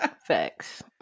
facts